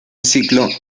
ciclo